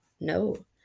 no